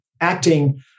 acting